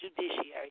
judiciary